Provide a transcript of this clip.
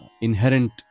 inherent